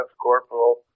corporal